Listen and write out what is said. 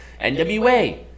nwa